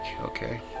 okay